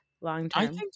long-term